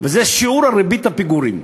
וזה שיעור ריבית הפיגורים.